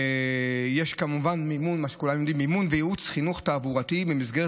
יש כמובן מימון וייעוץ חינוך תעבורתי במסגרת